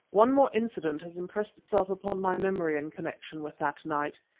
one more incident has impressed itself upon my memory in connection with that night.